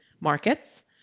markets